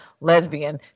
lesbian